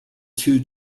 two